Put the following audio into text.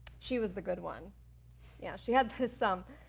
she was the good one yeah she had this um,